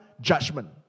judgment